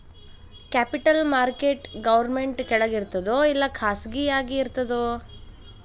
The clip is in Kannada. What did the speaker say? ಕ್ಯಾಪಿಟಲ್ ಮಾರ್ಕೆಟ್ ಗೌರ್ಮೆನ್ಟ್ ಕೆಳಗಿರ್ತದೋ ಇಲ್ಲಾ ಖಾಸಗಿಯಾಗಿ ಇರ್ತದೋ?